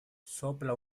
sopla